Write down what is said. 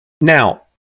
Now